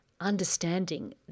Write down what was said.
understanding